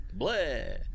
Bleh